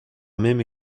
même